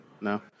No